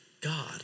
God